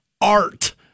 art